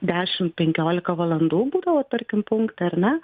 dešimt penkiolika valandų būdavo tarkim punkte ar ne